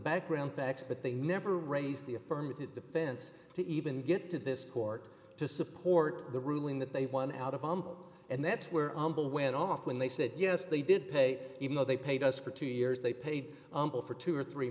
background checks but they never raised the affirmative defense to even get to this court to support the ruling that they won out of and that's where the went off when they said yes they did pay even though they paid us for two years they paid for two or three